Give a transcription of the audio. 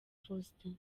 faustin